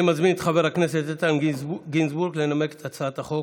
אני מזמין את חבר הכנסת איתן גינזבורג לנמק את הצעת החוק.